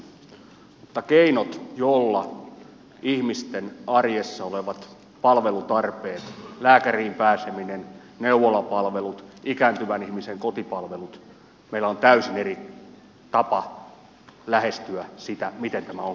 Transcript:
tilannearviokin on suunnilleen yhteinen mutta keinojen osalta joilla ratkaistaan ihmisten arjessa olevat palvelutarpeet lääkäriin pääseminen neuvolapalvelut ikääntyvän ihmisen kotipalvelut meillä on täysin eri tapa lähestyä sitä miten tämä ongelma ratkaistaan